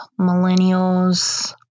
millennials